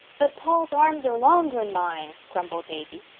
but paul's arms are longer'n mine, brumbled davy.